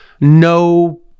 no